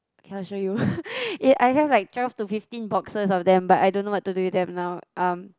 cannot show you eh I have like twelve to fifteen boxes of them but I don't know what to do with them now um